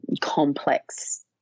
complex